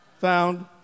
found